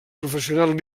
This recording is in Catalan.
professional